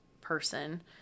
person